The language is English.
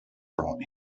brought